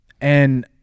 And-